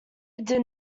did